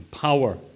power